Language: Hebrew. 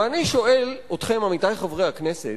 ואני שואל אתכם, עמיתי חברי הכנסת,